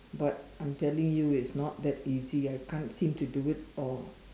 but I'm telling you it's not that easy I can't seem to do it or